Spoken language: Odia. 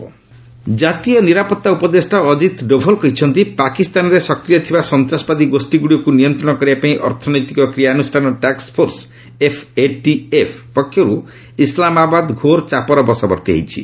ଏନ୍ଏସ୍ଏ ପାକିସ୍ତାନ ଜାତୀୟ ନିରାପତ୍ତା ଉପଦେଷ୍ଟା ଅଜିତ ଡୋଭଲ କହିଛନ୍ତି ପାକିସ୍ତାନରେ ସକ୍ରିୟ ଥିବା ସନ୍ତାସବାଦୀ ଗୋଷୀଗୁଡ଼ିକୁ ନିୟନ୍ତ୍ରଣ କରିବା ପାଇଁ ଅର୍ଥନୈତିକ କ୍ରିୟାନୁଷ୍ଠାନ ଟାକ୍ଫୋର୍ସ ଏଫ୍ଏଟିଏଫ୍ ପକ୍ଷରୁ ଇସଲାମାବାଦ ଘୋର ଚାପର ବସବର୍ତ୍ତି ହୋଇଛି